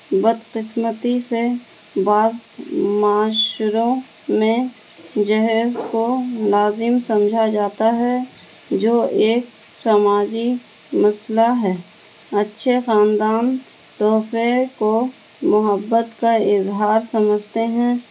بد قسمتی سے بعض معاشروں میں جہیز کو لازم سمجھا جاتا ہے جو ایک سماجی مسئلہ ہے اچھے خاندان تحفے کو محبت کا اظہار سمجھتے ہیں